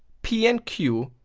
p and q.